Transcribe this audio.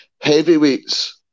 heavyweights